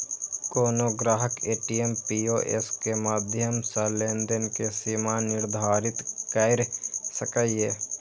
कोनो ग्राहक ATM, POS के माध्यम सं लेनदेन के सीमा निर्धारित कैर सकैए